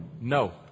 No